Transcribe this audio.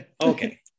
Okay